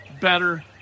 better